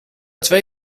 twee